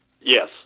Yes